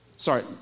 Sorry